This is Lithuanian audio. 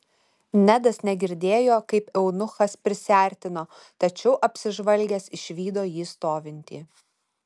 nedas negirdėjo kaip eunuchas prisiartino tačiau apsižvalgęs išvydo jį stovintį